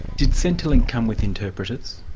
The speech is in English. did centrelink come with interpreters?